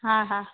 हा हा